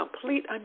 complete